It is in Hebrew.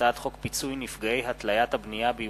הצעת חוק הספרייה הלאומית (תיקון,